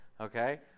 Okay